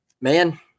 Man